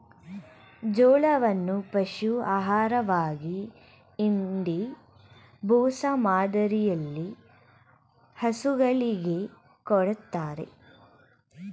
ಜೋಳವನ್ನು ಪಶು ಆಹಾರವಾಗಿ ಇಂಡಿ, ಬೂಸ ಮಾದರಿಯಲ್ಲಿ ಹಸುಗಳಿಗೆ ಕೊಡತ್ತರೆ